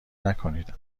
نکنید